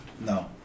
No